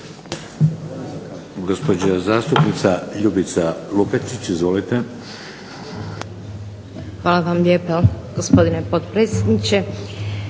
Hvala vam lijepa, gospodine potpredsjedniče.